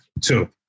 two